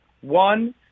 one